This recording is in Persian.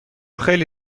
خیلی